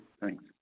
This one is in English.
Thanks